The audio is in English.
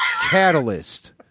Catalyst